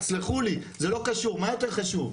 תסלחו לי, זה לא קשור, מה יותר חשוב?